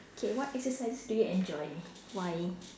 okay what exercises do you enjoy why